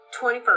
21st